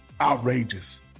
outrageous